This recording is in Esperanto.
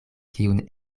kiun